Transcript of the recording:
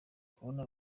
kubona